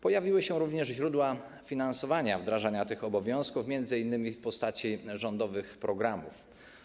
Pojawiły się również źródła finansowania wdrażania tych obowiązków, m.in. w postaci rządowych programów.